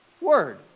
word